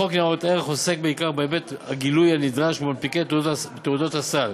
חוק ניירות ערך עוסק בעיקר בהיבט הגילוי הנדרש ממנפיקי תעודות סל.